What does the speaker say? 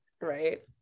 Right